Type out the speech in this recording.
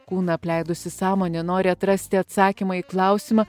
kūną apleidusi sąmonė nori atrasti atsakymą į klausimą